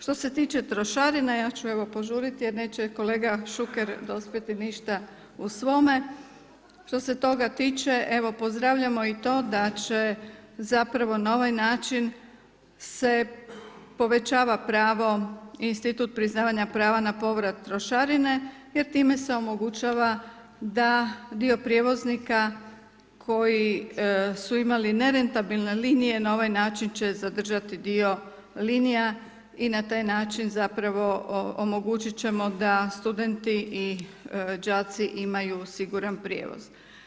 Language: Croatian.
Što se tiče trošarine, ja ću evo požuriti jer neće kolega Šuker dospjeti ništa u svome, što se toga tiče, evo pozdravljamo i to, da će, zapravo na ovaj način se povećava pravo i institut priznavanja prava na povrat trošarine, jer time se omogućava da dio prijevoznika koji su imali nerentabilne linije na ovaj način će zadržati dio linija i na taj način, zapravo, omogućit ćemo da studenti i đaci imaju siguran prijevoz.